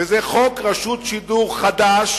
וזה חוק רשות שידור חדש